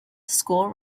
school